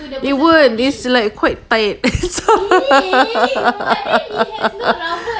it won't it's like quite tight so